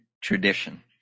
tradition